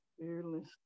Fearless